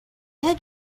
had